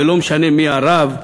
ולא משנה מי הרב,